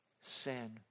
sin